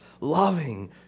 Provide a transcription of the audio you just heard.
loving